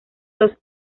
los